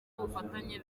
ubufatanye